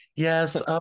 Yes